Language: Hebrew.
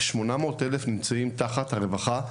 כ-800 אלף נמצאים תחת הרווחה,